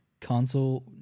console